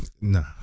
Nah